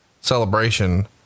celebration